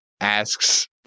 asks